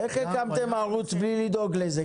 איך הקמתם ערוץ בלי לדאוג לזה?